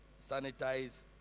Sanitize